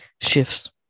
shifts